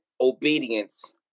obedience